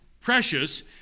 precious